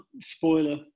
spoiler